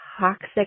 toxic